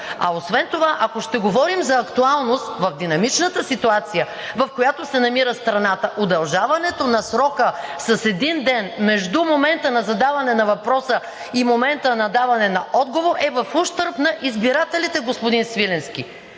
Освен това, ако ще говорим за актуалност в динамичната ситуация, в която се намира страната, удължаването на срока с един ден – между момента на задаване на въпроса и момента на даване на отговор, е в ущърб на избирателите, господин Свиленски.